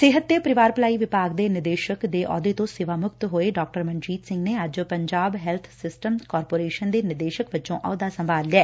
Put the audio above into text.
ਸਿਹਤ ਤੇ ਪਰਿਵਾਰ ਭਲਾਈ ਵਿਭਾਗ ਦੇ ਨਿਦੇਸ਼ਕ ਦੇ ਅਹੁੱਦੇ ਤੋਂ ਸੇਵਾਮੁਕਤ ਹੋਏ ਡਾ ਮਨਜੀਤ ਸਿੰਘ ਨੇ ਅੱਜ ਪੰਜਾਬ ਹੈਲਬ ਸਿਸਟਮਜ਼ ਕਾਰਪੋਰੇਸ਼ਨ ਦੇ ਨਿਦੇਸ਼ਕ ਵਜੋ ਅਹੁੱਦਾ ਸੰਭਾਲ ਲਿਐ